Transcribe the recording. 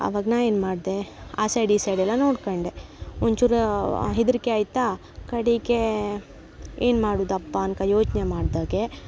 ಅವಾಗ ನಾ ಏನು ಮಾಡಿದೆ ಆ ಸೈಡ್ ಈ ಸೈಡ್ ಎಲ್ಲ ನೋಡ್ಕೊಂಡೆ ಒಂಚೂರು ಹೆದರಿಕೆ ಆಯ್ತು ಕಡೆಗೆ ಏನು ಮಾಡುವುದಪ್ಪ ಅನ್ಕ ಯೋಚನೆ ಮಾಡ್ದಾಗ